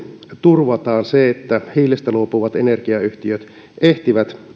turvataan että hiilestä luopuvat energiayhtiöt ehtivät